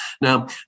Now